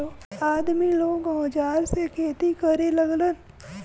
आदमी लोग औजार से खेती करे लगलन